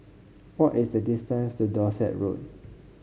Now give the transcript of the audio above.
what is the distance to Dorset Road